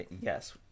yes